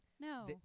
No